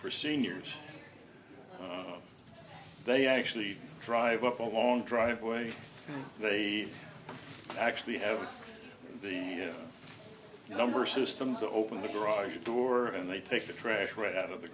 for seniors they actually drive up a long driveway they actually have the number system to open the garage door and they take the trash right out of the